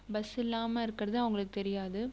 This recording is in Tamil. பஸ் இல்லாமல் இருக்கிறது அவங்களுக்கு தெரியாது